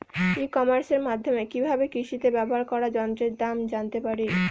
ই কমার্সের মাধ্যমে কি ভাবে কৃষিতে ব্যবহার করা যন্ত্রের দাম জানতে পারি?